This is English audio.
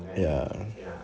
ya